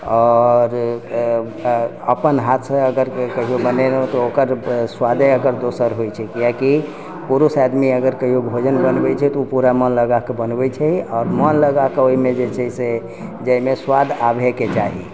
आओर अपन हाथसँ अगर कहियो बनेलहुँ तऽ ओकर स्वादे अगर दोसर होइ छै कियाकि पुरुष आदमी कहियो भोजन बनबै छै तऽ ओ पूरा मोन लगा कऽ बनबै छै आओर मोन लगाए कऽ ओहिमे जे छै से जे एहिमे स्वाद आबहे के चाही